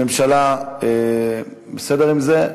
הממשלה בסדר עם זה?